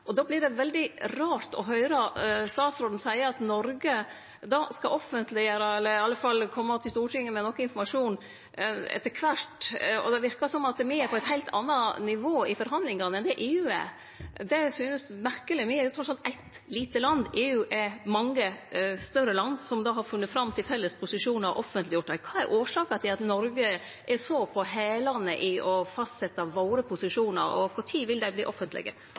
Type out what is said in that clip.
og då vert det veldig rart å høyre statsråden seie at Noreg skal offentleggjere – i alle fall kome til Stortinget med informasjon etter kvart. Det verkar som om me er på eit heilt anna nivå i forhandlingane enn EU. Det synest merkeleg. Me er eitt lite land, medan EU er mange større land som har kome fram til felles posisjonar og offentleggjort dei. Kva er årsaka til at Noreg er så på hælane i å fastsetje våre posisjonar, og kva tid vil dei verte offentlege?